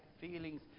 feelings